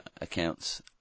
accounts